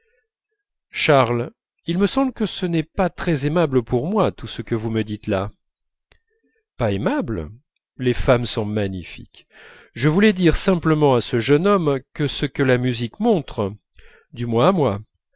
charles il me semble que ce n'est pas très aimable pour moi tout ce que vous me dites là pas aimable les femmes sont magnifiques je voulais dire simplement à ce jeune homme que ce que la musique montre du moins à moi